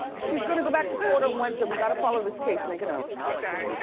she's gonna go back to court on wednesday. we gotta follow this case, make a note. okay.